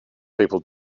people